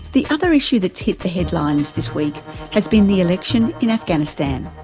the other issue that's hit the headlines this week has been the election in afghanistan,